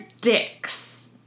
dicks